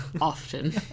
Often